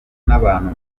n’abantu